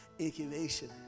Incubation